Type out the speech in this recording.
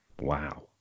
Wow